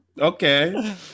Okay